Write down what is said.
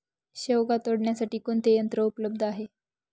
शेवगा तोडण्यासाठी कोणते यंत्र उपलब्ध आहे?